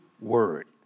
word